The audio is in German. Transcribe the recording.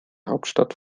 hauptstadt